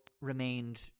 remained